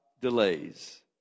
delays